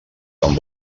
tan